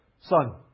Son